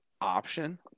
option